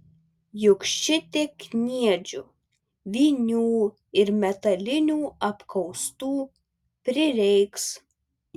juk šitiek kniedžių vinių ir metalinių apkaustų prireiks